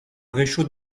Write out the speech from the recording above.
réchaud